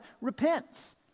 repents